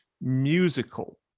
musical